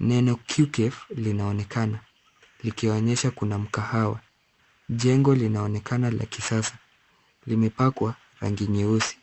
neno Q cafe linaonekana likionyesha kuna mkahawa. Jengo linaonekana la kisasa. KImepakwa rangi nyeusi.